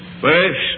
First